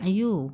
!aiyo!